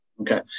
okay